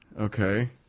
Okay